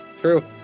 True